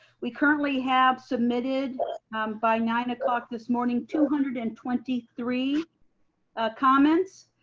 we currently have submitted by nine o'clock this morning, two hundred and twenty three comments.